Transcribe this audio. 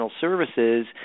Services